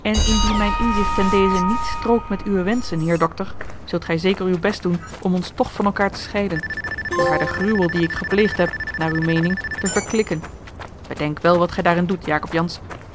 en indien mijn inzicht ten deze niet strookt met uwe wenschen heer dokter zult gij zeker uw best doen om ons toch van elkaâr te scheiden door haar den gruwel dien ik gepleegd heb naar uwe meening te verklikken bedenk wel wat gij daarin doet jacob jansz